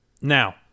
Now